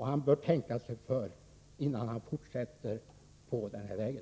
Anders Björck bör tänka sig för innan han fortsätter på den här vägen.